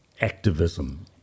activism